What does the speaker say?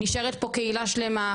נשארת פה קהילה שלמה,